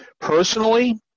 Personally